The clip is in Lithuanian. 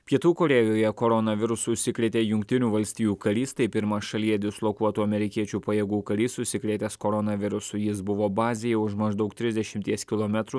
pietų korėjoje koronavirusu užsikrėtė jungtinių valstijų karys tai pirmas šalyje dislokuotų amerikiečių pajėgų karys užsikrėtęs koronavirusu jis buvo bazėje už maždaug trisdešimties kilometrų